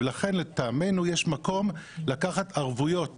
לכן לטעמנו יש מקום לקחת ערבויות